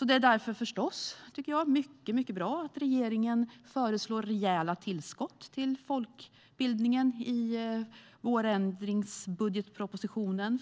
Därför tycker jag förstås att det är mycket bra att regeringen föreslår rejäla tillskott till folkbildningen,